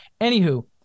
Anywho